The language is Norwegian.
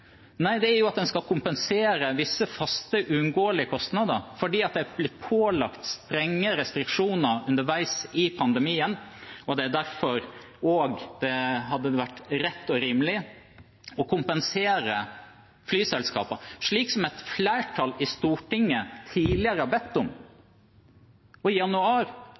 Nei, det er at en skal kompensere faste, uunngåelige kostnader fordi en er blitt pålagt strenge restriksjoner underveis i pandemien. Det er også derfor det hadde vært rett og rimelig å kompensere flyselskapene, slik et flertall i Stortinget tidligere har bedt om. I januar